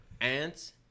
Ants